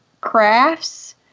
crafts